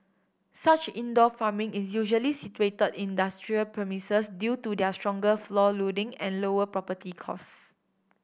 such indoor farming is usually situated in industrial premises due to their stronger floor loading and lower property costs